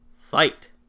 fight